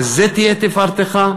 על זה תהיה תפארתך?